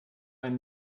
ein